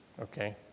Okay